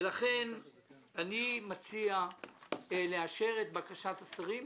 לכן אני מציע לאשר את בקשת השרים.